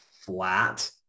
flat